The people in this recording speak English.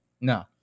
No